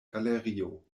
galerio